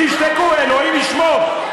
תשתקו, אלוהים ישמור.